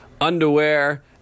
underwear